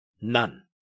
None